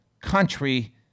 country